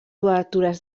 obertures